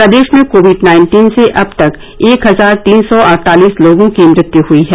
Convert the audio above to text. प्रदेश में covid nineteen से अब तक एक हजार तीन सौ अड़तालीस लोगों की मृत्यु हुई है